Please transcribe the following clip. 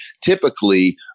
typically